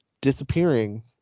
disappearing